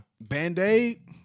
Band-Aid